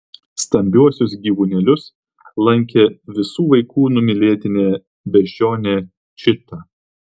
stambiuosius gyvūnėlius lankė visų vaikų numylėtinė beždžionė čita